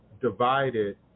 divided –